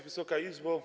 Wysoka Izbo!